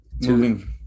moving